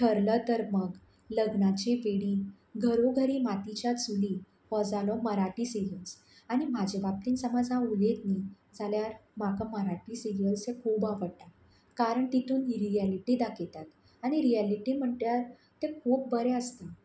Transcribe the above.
ठरलं तर मग लग्नाची बेडी घरोघरी मातीच्या चुली हो जालो मराठी सिरयल्स आनी म्हजे बाबतीन समज हांव उलयत न्ही जाल्यार म्हाका मराठी सिरयल्स हे खूब आवडटा कारण तितून ही रियॅलिटी दाखयतात आनी रियॅलिटी म्हण्ट्यार तें खूब बरें आसता